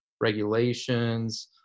regulations